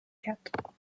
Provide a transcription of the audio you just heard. cat